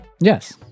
Yes